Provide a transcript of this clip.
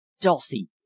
dulcie